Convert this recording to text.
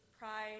pride